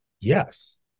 yes